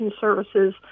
services